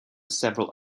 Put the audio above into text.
several